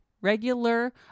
regular